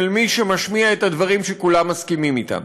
מי שמשמיע את הדברים שכולם מסכימים להם.